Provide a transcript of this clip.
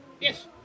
Yes